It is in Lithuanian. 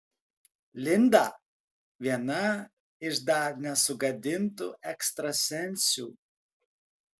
linda viena iš dar nesugadintų ekstrasensių